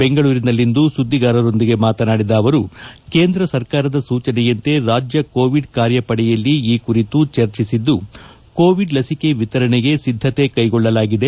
ಬೆಂಗಳೂರಿನಲ್ಲಿಂದು ಸುದ್ದಿಗಾರರ ಜತೆ ಮಾತನಾಡಿದ ಅವರು ಕೇಂದ್ರ ಸರ್ಕಾರದ ಸೂಜನೆಯಂತೆ ರಾಜ್ಯ ಕೋವಿಡ್ ಕಾರ್ಯಪಡೆಯಲ್ಲಿ ಈ ಕುರಿತು ಚರ್ಚಿಸಿದ್ದು ಕೋವಿಡ್ ಲಸಿಕೆ ವಿತರಣೆಗೆ ಸಿದ್ದತೆ ಕೈಗೊಳ್ಳಲಾಗಿದೆ